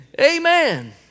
Amen